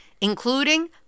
including